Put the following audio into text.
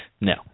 No